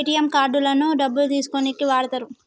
ATM కార్డులను డబ్బులు తీసుకోనీకి వాడతరు